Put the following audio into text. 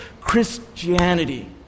Christianity